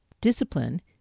discipline